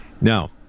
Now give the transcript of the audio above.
Now